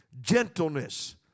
gentleness